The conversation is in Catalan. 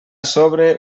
sobre